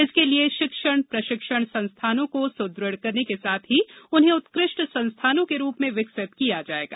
इसके लिए शिक्षण प्रशिक्षण संस्थानों को सुदृढ़ करने के साथ ही उन्हें उत्कृष्ट संस्थानों के रूप में विकसित किया जायेगा